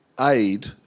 aid